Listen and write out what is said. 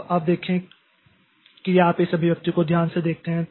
अब आप देखें कि क्या आप इस अभिव्यक्ति को ध्यान से देखते हैं